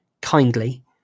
kindly